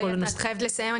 גליה, את חייבת לסיים.